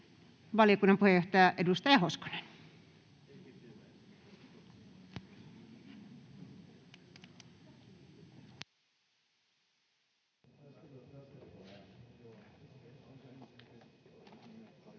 Valiokunnan puheenjohtaja, edustaja Hoskonen.